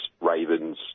ravens